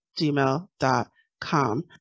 gmail.com